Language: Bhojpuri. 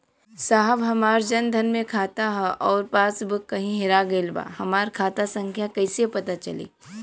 साहब हमार जन धन मे खाता ह अउर पास बुक कहीं हेरा गईल बा हमार खाता संख्या कईसे पता चली?